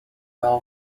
well